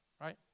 right